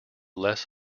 less